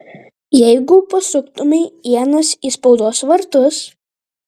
jeigu pasuktumei ienas į spaudos vartus